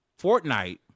Fortnite